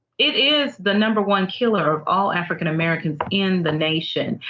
it is the number one killer of all african-americans in the nation.